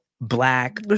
Black